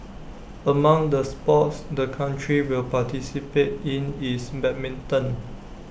among the sports the country will participate in is badminton